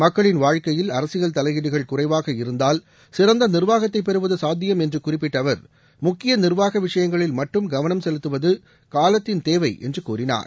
மக்களின் வாழ்க்கையில் அரசியல் தலையீடுகள் குறைவாக இருந்தால் சிறந்த நிர்வாகத்தை பெறுவது சாத்தியம் என்று குறிப்பிட்ட அவர் முக்கிய நிர்வாக விஷயங்களில் மட்டும் கவனம் செலுத்துவது காலத்தின் தேவை என்று கூறினார்